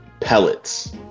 pellets